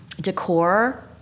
decor